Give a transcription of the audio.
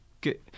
good